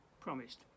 promised